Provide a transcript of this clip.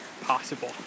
possible